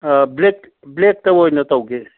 ꯑꯥ ꯕ꯭ꯂꯦꯛꯇ ꯑꯣꯏꯅ ꯇꯧꯒꯦ